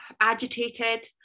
agitated